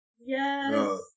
Yes